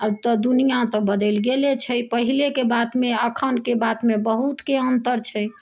आब तऽ दुनिआ तऽ बदैल गेले छै पहिलेके बातमे अखनके बातमे बहुतके अन्तर छै